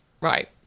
Right